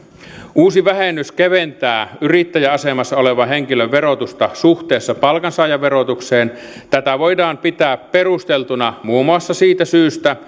uusi vähennys keventää yrittäjäasemassa olevan henkilön verotusta suhteessa palkansaajan verotukseen tätä voidaan pitää perusteltuna muun muassa siitä syystä